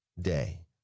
day